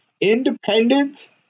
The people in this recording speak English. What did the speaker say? independent